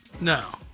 no